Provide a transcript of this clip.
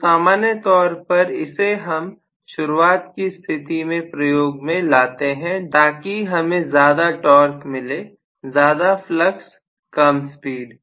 तो सामान्य तौर पर इसे हम शुरुआत की स्थिति में प्रयोग में लाते हैं ताकि हमें ज्यादा टॉर्क मिले ज्यादा फ्लक्स कम स्पीड